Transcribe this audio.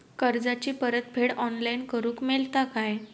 कर्जाची परत फेड ऑनलाइन करूक मेलता काय?